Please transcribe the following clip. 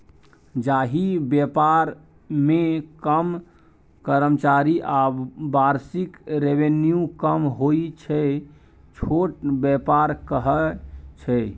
जाहि बेपार मे कम कर्मचारी आ बार्षिक रेवेन्यू कम होइ छै छोट बेपार कहय छै